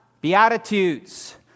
Beatitudes